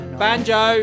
banjo